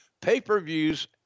Pay-per-views